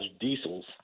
Diesels